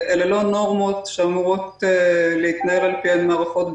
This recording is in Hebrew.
אלו לא נורמות שאמורות להתנהל לפיהן מערכות בריאות,